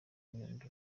nyundo